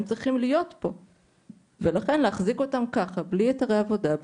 צריכים להיות פה ולכן להחזיק אותם ככה בלי היתרי עבודה,